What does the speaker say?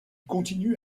continue